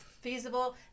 feasible